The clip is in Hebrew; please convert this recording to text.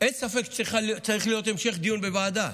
אין ספק שצריך להיות המשך דיון בוועדה.